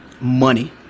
Money